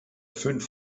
fünf